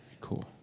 Cool